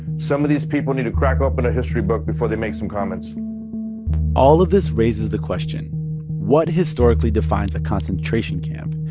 some of these people need to crack open a history book before they make some comments all of this raises the question what historically defines a concentration camp?